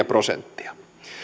prosenttia